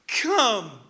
come